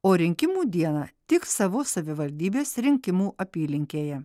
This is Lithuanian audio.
o rinkimų dieną tik savo savivaldybės rinkimų apylinkėje